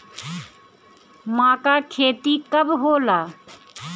माका के खेती कब होला?